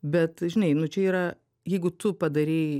bet žinai nu čia yra jeigu tu padarei